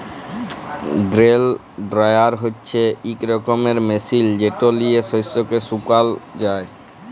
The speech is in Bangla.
গ্রেল ড্রায়ার হছে ইক রকমের মেশিল যেট লিঁয়ে শস্যকে শুকাল যায়